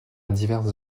diverses